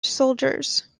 soldiers